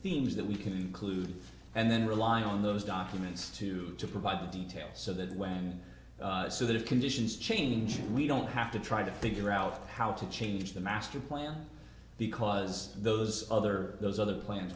themes that we can include and then rely on those documents to provide the details so that when so that if conditions change we don't have to try to figure out how to change the master plan because those other those other plans